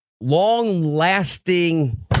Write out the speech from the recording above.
long-lasting